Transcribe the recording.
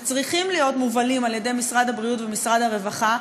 שצריכים להיות מובלים על ידי משרד הבריאות ומשרד הרווחה,